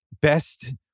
best